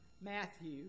Matthew